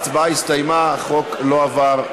ההצבעה הסתיימה, החוק לא עבר.